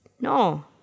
No